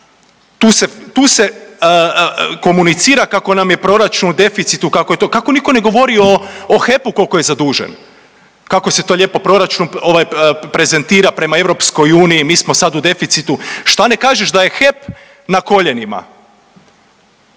tu se komunicira kako nam je proračun u deficitu kako je to, kako niko ne govori o HEP-u koliko je zadužen, kako se to lijepo proračun ovaj prezentira prema EU, mi smo sad u deficitu, šta ne kažeš da je HEP na koljenima,